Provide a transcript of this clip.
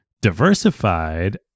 diversified